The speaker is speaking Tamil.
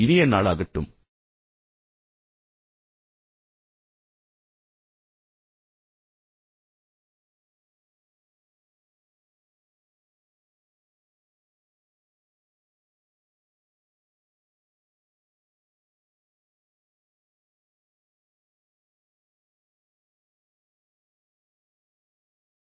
தேங்க்ஸ்